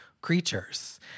creatures